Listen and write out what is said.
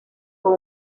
con